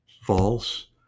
false